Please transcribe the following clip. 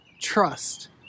trust